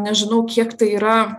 nežinau kiek tai yra